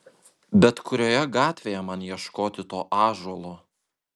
bet kurioje gatvėje man ieškoti to ąžuolo